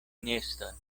neston